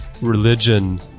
religion